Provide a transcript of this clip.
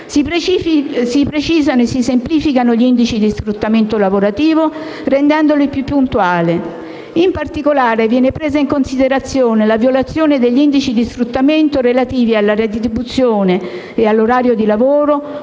Si precisano e semplificano gli indici di sfruttamento lavorativo, rendendoli più puntuali. In particolare, viene presa in considerazione la violazione degli indici di sfruttamento relativi alla retribuzione e all'orario di lavoro,